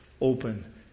open